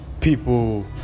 People